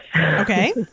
Okay